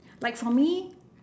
like for me